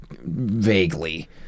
Vaguely